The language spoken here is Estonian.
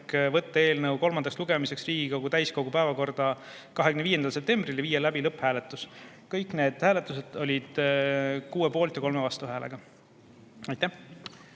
võtta eelnõu kolmandaks lugemiseks Riigikogu täiskogu päevakorda 25. septembril ja viia läbi lõpphääletus. Kõik need hääletused lõppesid 6 poolt- ja 3 vastuhäälega. Aitäh!